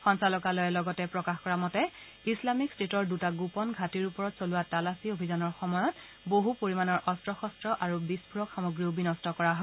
সঞ্চালকালয়ে লগতে প্ৰকাশ কৰা মতে ইছলামিক টেটৰ দূটা গোপন ঘাটিৰ ওপৰত চলোৱা তালাচী অভিযানৰ সময়ত বহু পৰিমাণৰ অস্ত্ৰ শস্ত্ৰ আৰু বিস্ফোৰক সামগ্ৰীও বিনষ্ট কৰা হয়